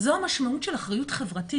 זו המשמעות של אחריות חברתית,